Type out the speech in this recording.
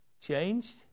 changed